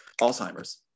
Alzheimer's